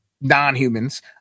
non-humans